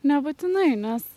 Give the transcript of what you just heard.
nebūtinai nes